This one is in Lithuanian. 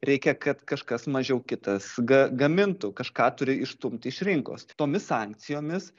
reikia kad kažkas mažiau kitas ga gamintų kažką turi išstumti iš rinkos tomis sankcijomis